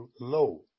low